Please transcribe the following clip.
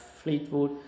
Fleetwood